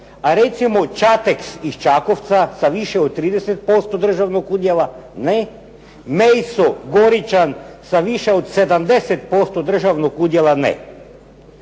a recimo "Čateks" iz Čakovca sa više od 30% državnog udjela ne. "Meiso", Goričan sa više od 70% državnog udjela ne.